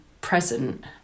present